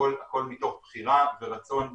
הכול מתוך בחירה ורצון וכו',